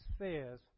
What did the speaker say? says